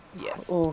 yes